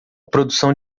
produção